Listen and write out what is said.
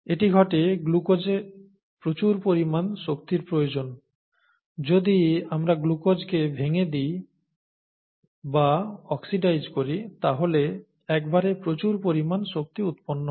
এটি ঘটে গ্লুকোজে প্রচুর পরিমাণ শক্তির জন্য যদি আমরা গ্লুকোজকে ভেঙে দেই বা অক্সিডাইজ করি তাহলে একবারে প্রচুর পরিমাণ শক্তি উৎপন্ন হয়